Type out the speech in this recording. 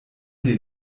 den